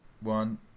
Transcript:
one